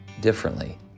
differently